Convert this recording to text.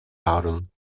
houden